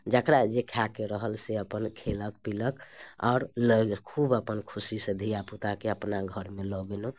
जकरा जे खाएके रहल से अपन खयलक पीलक आओर खूब अपन खुशीसँ धियापुताके अपना घरमे लऽ गेलहुँ